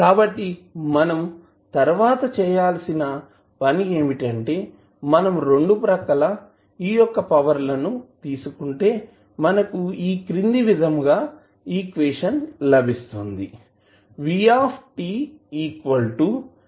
కాబట్టి మనం తర్వాత చేయాల్సిన పని ఏమిటంటే మనం రెండు ప్రక్కల e యొక్క పవర్ లను తీసుకుంటే ఈ క్రింది విధంగా ఈక్వేషన్ లభిస్తుంది